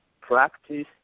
Practice